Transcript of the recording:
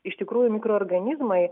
iš tikrųjų mikroorganizmai